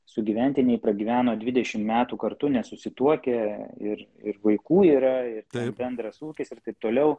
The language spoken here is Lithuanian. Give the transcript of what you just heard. sugyventiniai pragyveno dvidešim metų kartu nesusituokę ir ir vaikų yra ir bendras ūkis ir taip toliau